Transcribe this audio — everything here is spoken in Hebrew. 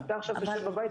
אתם עכשיו תשבו בבית,